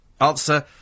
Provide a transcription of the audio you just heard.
Answer